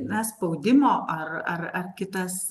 na spaudimo ar ar ar kitas